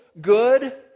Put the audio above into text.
good